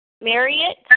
Marriott